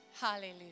Hallelujah